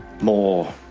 more